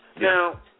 Now